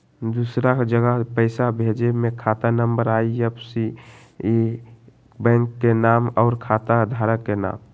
दूसरा जगह पईसा भेजे में खाता नं, आई.एफ.एस.सी, बैंक के नाम, और खाता धारक के नाम?